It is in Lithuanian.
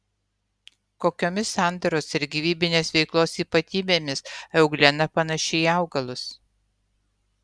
kokiomis sandaros ir gyvybinės veiklos ypatybėmis euglena panaši į augalus